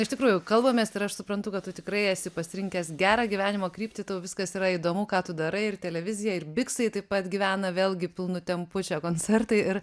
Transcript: iš tikrųjų kalbamės ir aš suprantu kad tu tikrai esi pasirinkęs gerą gyvenimo kryptį tau viskas yra įdomu ką tu darai ir televizija ir biksai taip pat gyvena vėlgi pilnu tempu čia koncertai ir